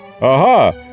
aha